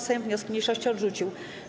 Sejm wnioski mniejszości odrzucił.